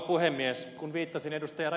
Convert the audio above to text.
kun viittasin ed